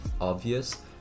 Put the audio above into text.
obvious